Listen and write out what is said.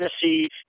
Tennessee